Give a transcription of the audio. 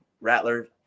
Rattler